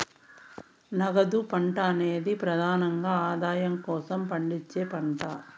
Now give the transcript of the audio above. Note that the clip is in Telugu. నగదు పంట అనేది ప్రెదానంగా ఆదాయం కోసం పండించే పంట